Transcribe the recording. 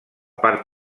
part